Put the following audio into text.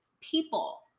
people